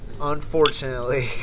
unfortunately